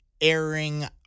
airing